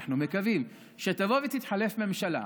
אנחנו מקווים שתתחלף ממשלה,